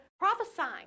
prophesying